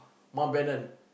Mountbatten